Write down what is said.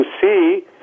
see